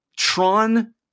tron